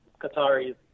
Qataris